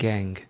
Gang